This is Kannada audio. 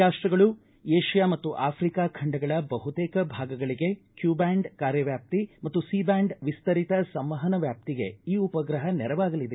ಕೊಲ್ಲಿ ರಾಷ್ಟಗಳು ವಿಷ್ಯಾ ಮತ್ತು ಆಫ್ರಿಕಾ ಖಂಡಗಳ ಬಹುತೇಕ ಭಾಗಗಳಿಗೆ ಕ್ಯೂಬ್ಯಾಂಡ್ ಕಾರ್ಯವ್ಯಾಪ್ತಿ ಮತ್ತು ಸಿ ಬ್ಯಾಂಡ್ ವಿಸ್ತರಿತ ಸಂವಹನ ವ್ಯಾಪ್ತಿಗೆ ಈ ಉಪಗ್ರಹ ನೆರವಾಗಲಿದೆ